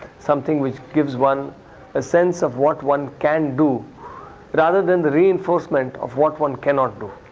something which gives one a sense of what one can do rather than the reinforcement of what one cannot do.